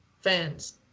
fans